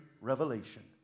revelation